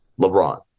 LeBron